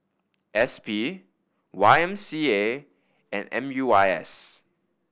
S P Y M C A and M U I S